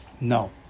No